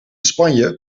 spanje